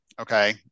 Okay